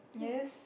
yes